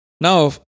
Now